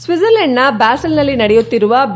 ಸ್ವಿಡ್ಜರ್ಲೆಂಡ್ನ ಬಾಸೆಲ್ನಲ್ಲಿ ನಡೆಯುತ್ತಿರುವ ಬಿ